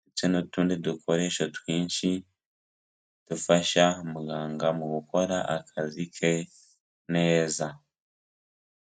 ndetse n'utundi dukoresho twinshi, dufasha muganga mu gukora akazi ke neza.